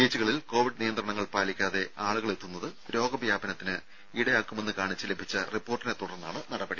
ബീച്ചുകളിൽ കോവിഡ് നിയന്ത്രണങ്ങൾ പാലിക്കാതെ ആളുകളെത്തുന്നത് രോഗ വ്യാപനത്തിന് ഇടയാക്കുമെന്ന് കാണിച്ച് ലഭിച്ച റിപ്പോർട്ടിനെത്തുടർന്നാണ് നടപടി